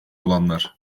olanlar